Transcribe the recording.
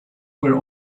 were